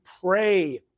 pray